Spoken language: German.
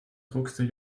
druckste